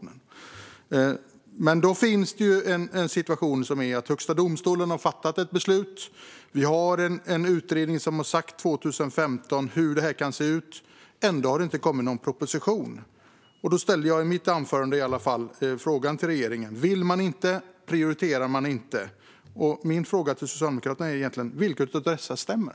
Nu har vi dock en situation där Högsta domstolen har fattat ett beslut, och vi har som sagt en utredning från 2016 om hur detta kan se ut. Ändå har det inte kommit någon proposition. I mitt anförande ställde jag frågan till regeringen: Vill man inte ha detta, eller prioriterar man det inte? Min fråga till Socialdemokraterna är: Vilket av dessa förhållanden stämmer?